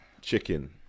chicken